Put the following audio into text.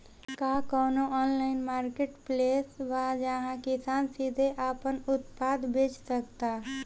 का कोनो online marketplace बा जहां किसान सीधे अपन उत्पाद बेच सकता?